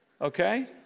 okay